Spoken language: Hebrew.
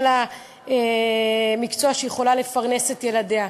לה מקצוע שהיא יכולה לפרנס בו את ילדיה.